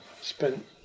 spent